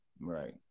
Right